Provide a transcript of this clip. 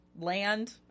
land